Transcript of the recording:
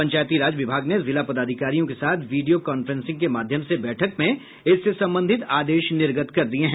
पंचायती राज विभाग ने जिला पदाधिकारियों के साथ वीडियो कांफ्रेंसिंग के माध्यम से बैठक में इससे संबंधित आदेश निर्गत कर दिये हैं